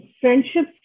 friendship